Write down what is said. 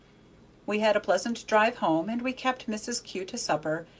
we had a pleasant drive home, and we kept mrs. kew to supper,